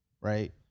right